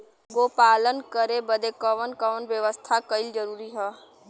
गोपालन करे बदे कवन कवन व्यवस्था कइल जरूरी ह?